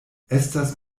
estas